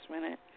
minute